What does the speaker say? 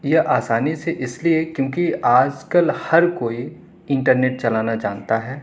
یہ آسانی سے اس لیے کیونکہ آج کل ہر کوئی انٹرنیٹ چلانا جانتا ہے